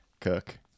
cook